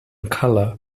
colour